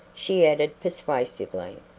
she added, persuasively.